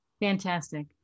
Fantastic